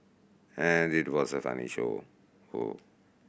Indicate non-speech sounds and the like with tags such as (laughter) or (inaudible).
and it was a funny show (noise)